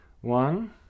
one